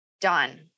done